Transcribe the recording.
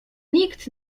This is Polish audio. nikt